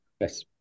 Yes